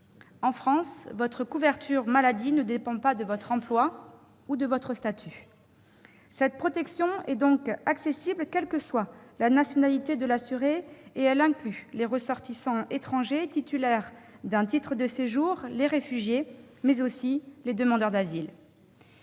En France, votre couverture maladie ne dépend pas de votre emploi ou de votre statut. Cette protection est donc accessible quelle que soit la nationalité de l'assuré, et elle inclut les ressortissants étrangers titulaires d'un titre de séjour, les réfugiés, mais aussi les demandeurs d'asile.